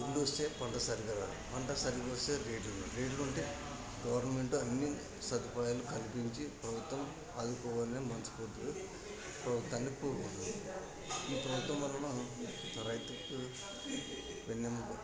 ఎండ వస్తే పంట సరిగ్గా రాదు పంట సరిగ్గా వస్తే రేటు ఉండదు రేట్లు ఉంటే గవర్నమెంట్ అన్ని సదుపాయాలు కల్పించి ప్రభుత్వం ఆదుకోవాలని మనస్ఫూర్తిగా ప్రభుత్వాన్ని కోరుకుంటున్నాను ఈ ప్రభుత్వం వల్న రైతుకు వెన్నుముక